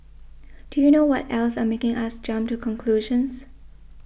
do you know what else are making us jump to conclusions